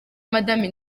madame